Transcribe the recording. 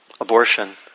abortion